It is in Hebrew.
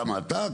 כמה אתה,